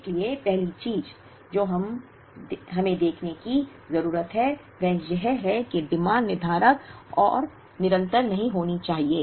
इसलिए पहली चीज जो हमें देखने की जरूरत है वह यह है कि मांग निर्धारक और निरंतर नहीं होनी चाहिए